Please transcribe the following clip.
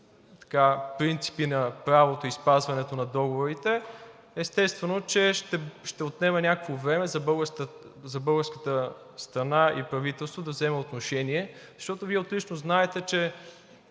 принципи на правото и спазването на договорите – естествено, че ще отнеме някакво време за българската страна и правителство да вземе отношение. Вие отлично знаете, че